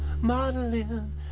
modeling